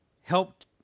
helped